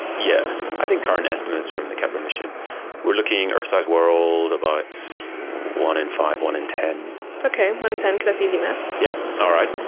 yeah. i think current estimates from the kepler mission were looking, earth size world, about one in five, one in ten. okay, one in ten, that's easy math. yes, all right.